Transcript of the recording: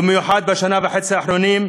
במיוחד בשנה וחצי האחרונות,